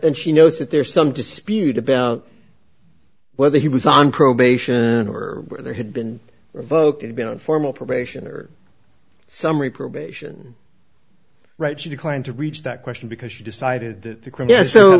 and she knows that there's some dispute about whether he was on probation or whether there had been revoked and been on formal probation or summary probation right she declined to reach that question because she decided that